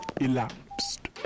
elapsed